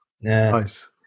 Nice